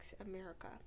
America